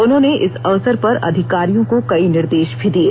उन्होंने इस अवसर पर अधिकारियों को कई निर्देश भी दिये